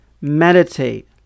meditate